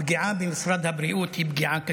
הפגיעה במשרד הבריאות היא פגיעה קשה,